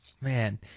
man